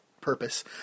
purpose